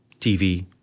TV